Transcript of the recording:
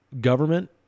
government